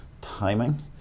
timing